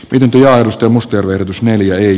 lintuja edusti muste verotus neljä eri